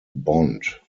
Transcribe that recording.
bond